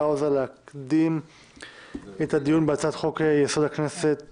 האוזר להקדים את הדיון בהצעת חוק יסוד: הכנסת (תיקון,